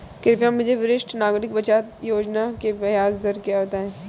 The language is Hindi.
कृपया मुझे वरिष्ठ नागरिक बचत योजना की ब्याज दर बताएं